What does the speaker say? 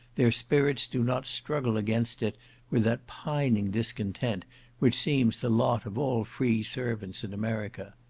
their spirits do not struggle against it with that pining discontent which seems the lot of all free servants in america.